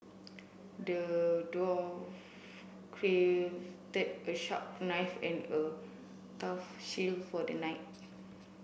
the dwarf a sharp and a tough shield for the knight